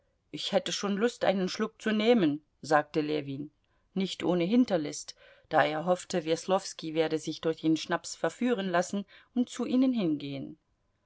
ich hätte schon lust einen schluck zu nehmen sagte ljewin nicht ohne hinterlist da er hoffte weslowski werde sich durch den schnaps verführen lassen und zu ihnen hingehen